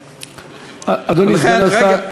אדוני סגן השר.